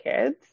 kids